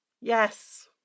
Yes